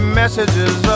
messages